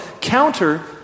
counter